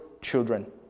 children